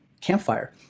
campfire